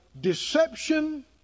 deception